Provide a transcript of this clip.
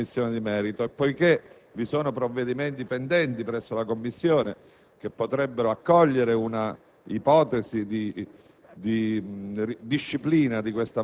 più approfonditamente nella Commissione di merito. Poiché vi sono provvedimenti pendenti presso la Commissione che potrebbero accogliere una ipotesi di